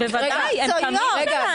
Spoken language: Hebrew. הן חיצוניות.